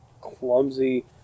clumsy